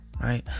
right